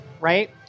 right